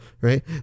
Right